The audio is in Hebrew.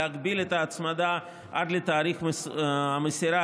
להגביל את ההצמדה עד לתאריך המסירה,